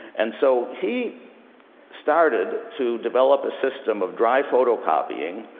and so he started to develop a system of dry photocopying,